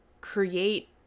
create